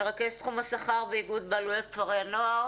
מרכז תחום השכר באיגוד בעלויות כפרי הנוער.